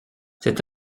c’est